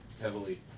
heavily